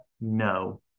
No